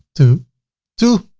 to two.